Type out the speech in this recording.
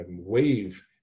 wave